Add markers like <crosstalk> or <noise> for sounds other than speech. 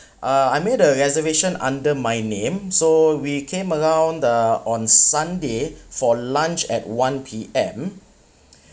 uh I made a reservation under my name so we came around the on sunday for lunch at one P_M <breath>